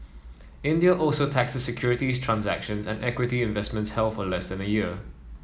India also taxes securities transactions and equity investments held for less than a year